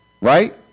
right